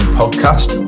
podcast